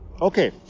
Okay